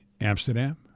Amsterdam